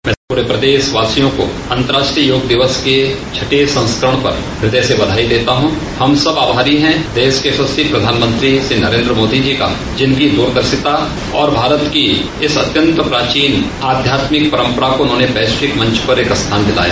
मैं पूरे प्रदेशवासियों को अन्तर्राष्ट्रीय योग दिवस के छठे संस्करण पर हृदय से बधाई देता हूं हम सब आभारी हैं देश के यशस्वी प्रधानमंत्री श्री नरेन्द्र मोदी जी का जिनकी दूरदर्शिता और भारत की इस अत्यंत प्राचीन आध्यात्मिक परम्परा को उन्होंने वैश्विक मंच पर एक स्थान दिलाया